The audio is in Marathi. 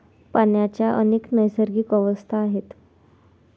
पाण्याच्या अनेक नैसर्गिक अवस्था आहेत